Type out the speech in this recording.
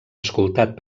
escoltat